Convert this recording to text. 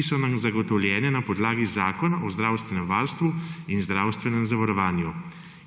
ki so nam zagotovljene na podlagi Zakona o zdravstvenem varstvu in zdravstvenem zavarovanju